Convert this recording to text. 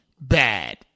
bad